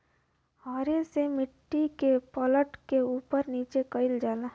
हरे से मट्टी के पलट के उपर नीचे कइल जाला